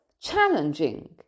challenging